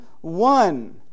one